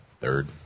third